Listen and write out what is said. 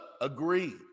agree